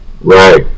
Right